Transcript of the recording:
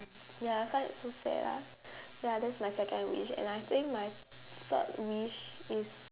ya I find it so sad lah ya that's my second wish and I think my third wish is